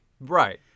Right